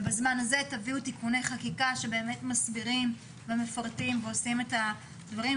ובזמן הזה תביאו תיקוני חקיקה שבאמת מסדירים ומפרטים ועושים את הדברים,